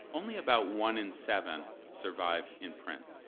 only about one in seven survive in print.